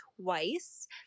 twice